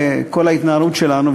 בכל ההתנהלות שלנו,